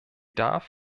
darf